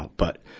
but,